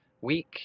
week